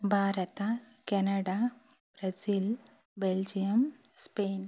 Bharat Canada Brazil Belgium Spain